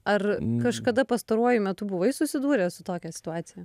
ar kažkada pastaruoju metu buvai susidūręs su tokia situacija